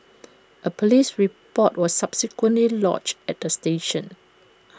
A Police report was subsequently lodged at the station